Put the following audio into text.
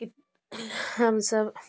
की हम सब